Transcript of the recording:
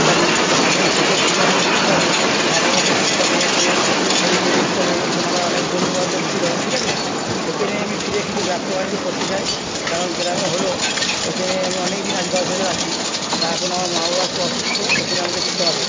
কাজে এখন সেখানে ফিরে আমাকে দেখতে হবে মা বাবাকে দেখতে হবে এখানে পরিবেশ দেখতে হবে ওখানে আমার অনেক বন্ধু বান্ধব ছিল ঠিক আছে ওখানে ফিরে আমি কিছু ব্যবসা বানিজ্য করতে চাই কারণ গেরামে হল ওখানে আমি অনেক দশ বছর আছি তা এখন আমার মা বাবা একটু অসুস্থ ওখানে আমাকে যেতে হবে